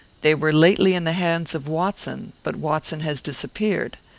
they were lately in the hands of watson, but watson has disappeared.